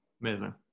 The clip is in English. Amazing